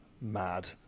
Mad